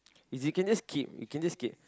you can just keep you can just keep